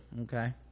okay